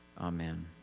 Amen